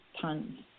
tons